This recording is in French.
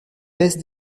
baisse